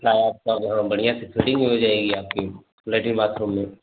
हाँ आपका जो है बढ़िया से फ़िटिंग भी हो जाएगी आपकी लैट्रीन बाथरूम में